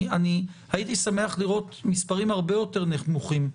אני הייתי שמח לראות מספרים הרבה יותר נמוכים.